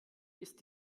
ist